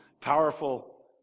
powerful